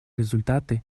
результаты